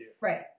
Right